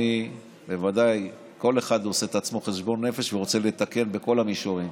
כל אחד עושה עם עצמו חשבון נפש ורוצה לתקן בכל המישורים.